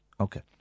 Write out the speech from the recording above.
Okay